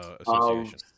Association